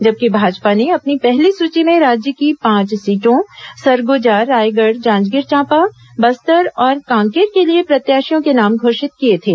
जबकि भाजपा ने अपनी पहली सूची में राज्य की पांच सीटों सरगुजा रायगढ़ जांजगीर चांपा बस्तर और कांकेर के लिए प्रत्याशियों के नाम घोषित किए थे